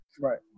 Right